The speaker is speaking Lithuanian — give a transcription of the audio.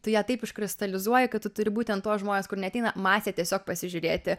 tu ją taip iškristalizuoji kad tu turi būtent tuos žmones kur neateina masė tiesiog pasižiūrėti